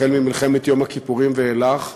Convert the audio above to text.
החל במלחמת יום הכיפורים ואילך,